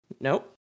Nope